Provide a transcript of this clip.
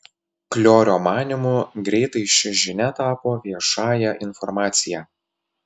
kliorio manymu greitai ši žinia tapo viešąja informacija